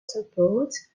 supports